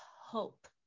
hope